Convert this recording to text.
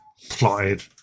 plotted